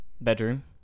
bedroom